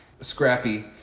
Scrappy